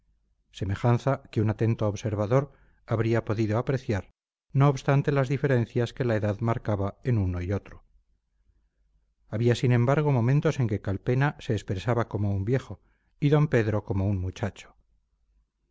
semejanza que un atento observador habría podido apreciar no obstante las diferencias que la edad marcaba en uno y otro había sin embargo momentos en que calpena se expresaba como un viejo y d pedro como un muchacho